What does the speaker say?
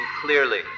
clearly